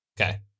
okay